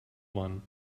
one